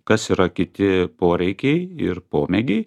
kas yra kiti poreikiai ir pomėgiai